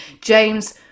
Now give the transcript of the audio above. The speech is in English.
James